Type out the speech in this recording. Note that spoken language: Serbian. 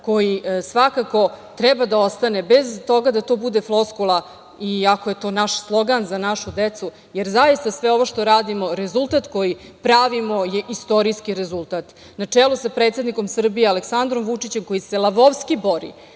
koji svakako treba da ostane, bez toga da to bude floskula, iako je to naš slogan „Za našu decu“, jer zaista sve ovo što radimo, rezultat koji pravimo je istorijski rezultat, na čelu sa predsednikom Srbije Aleksandrom Vučićem, koji se lavovski bori